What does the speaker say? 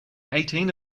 eighteen